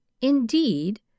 Indeed